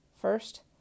First